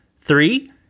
Three